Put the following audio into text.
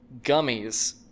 gummies